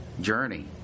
journey